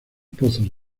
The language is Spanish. pozos